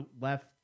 left